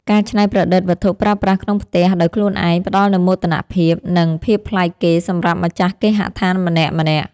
ការច្នៃប្រឌិតវត្ថុប្រើប្រាស់ក្នុងផ្ទះដោយខ្លួនឯងផ្ដល់នូវមោទនភាព និង ភាពប្លែកគេសម្រាប់ម្ចាស់គេហដ្ឋានម្នាក់ៗ។